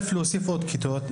להוסיף עוד כיתות,